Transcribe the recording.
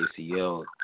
ACL